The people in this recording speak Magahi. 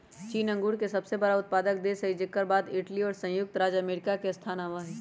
चीन अंगूर के सबसे बड़ा उत्पादक देश हई जेकर बाद इटली और संयुक्त राज्य अमेरिका के स्थान आवा हई